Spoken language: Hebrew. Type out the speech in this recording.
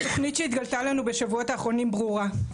התוכנית שהתגלתה לנו בשבועות הראשונים ברורה,